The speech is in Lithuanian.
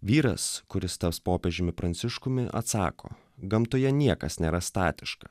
vyras kuris taps popiežiumi pranciškumi atsako gamtoje niekas nėra statiška